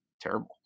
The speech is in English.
terrible